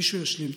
מישהו ישלים.